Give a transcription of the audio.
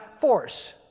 force